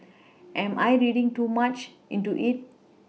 am I reading too much into it